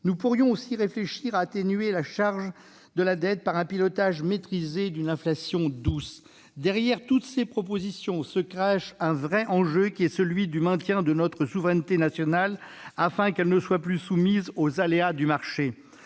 Nous pourrions aussi réfléchir à atténuer la charge de la dette par le pilotage maîtrisé d'une inflation douce. Derrière toutes ces propositions se cache un vrai enjeu, celui du maintien de notre souveraineté nationale : celle-ci ne doit plus être soumise aux aléas du marché.